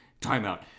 timeout